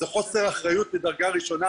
זה חוסר אחריות מדרגה ראשונה.